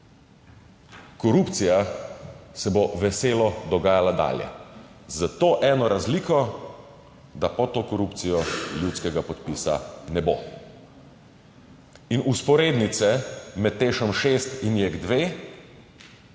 Korupcija se bo veselo dogajala dalje, s to eno razliko, da pod to korupcijo ljudskega podpisa ne bo in vzporednice med Tešem 6 in JEK 2